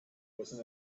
was